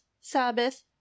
Sabbath